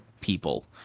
people